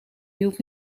hield